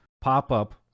pop-up